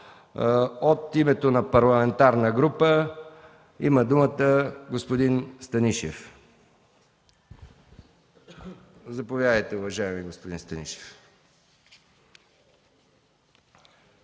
От името на парламентарна група има думата господин Станишев. Заповядайте, уважаеми господин Станишев.